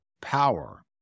power